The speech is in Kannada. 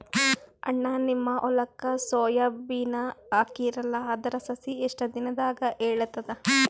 ಅಣ್ಣಾ, ನಿಮ್ಮ ಹೊಲಕ್ಕ ಸೋಯ ಬೀನ ಹಾಕೀರಲಾ, ಅದರ ಸಸಿ ಎಷ್ಟ ದಿಂದಾಗ ಏಳತದ?